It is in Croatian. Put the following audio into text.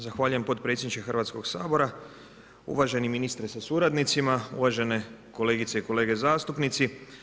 Zahvaljujem podpredsjedniče Hrvatskog sabora, uvaženi ministre sa suradnicima, uvažene kolegice i kolege zastupnici.